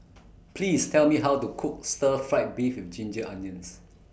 Please Tell Me How to Cook Stir Fried Beef with Ginger Onions